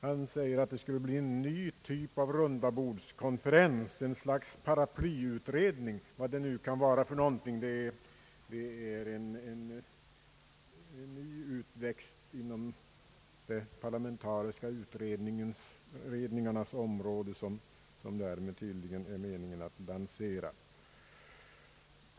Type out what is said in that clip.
Han säger att det skulle bli en ny typ av rundabordskonferens, ett slags paraplyutredning vad det nu kan vara för någonting. Det är tydligen en ny utväxt inom de parlamentariska utredningarnas område som man därmed vill lansera.